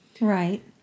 Right